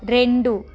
రెండు